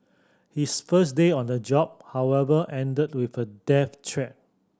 his first day on the job however ended with a death threat